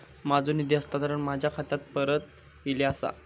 माझो निधी हस्तांतरण माझ्या खात्याक परत इले आसा